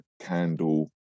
candle